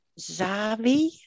Zavi